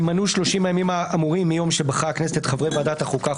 יימנו 30 הימים האמורים מיום שבחרה הכנסת את חברי ועדת החוקה,